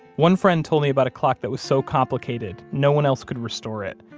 one friend told me about a clock that was so complicated no one else could restore it,